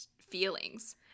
feelings